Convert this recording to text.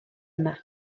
yma